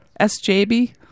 SJB